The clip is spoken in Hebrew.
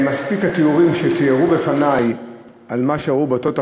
די בתיאורים שתיארו בפני על מה שראו באותו תחקיר,